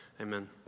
amen